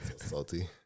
Salty